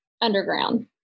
underground